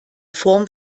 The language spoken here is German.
form